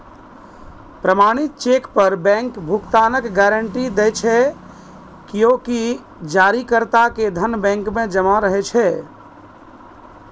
प्रमाणित चेक पर बैंक भुगतानक गारंटी दै छै, कियैकि जारीकर्ता के धन बैंक मे जमा रहै छै